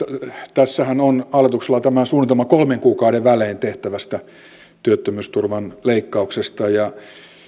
tässähän on hallituksella tämä suunnitelma kolmen kuukauden välein tehtävästä työttömyysturvan leikkauksesta ja